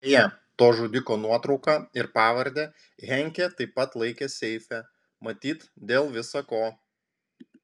beje to žudiko nuotrauką ir pavardę henkė taip pat laikė seife matyt dėl visa ko